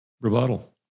rebuttal